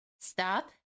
Stop